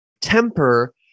temper